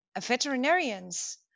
veterinarians